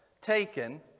taken